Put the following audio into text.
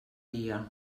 dia